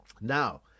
Now